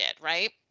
right